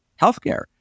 healthcare